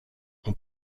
ont